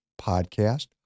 podcast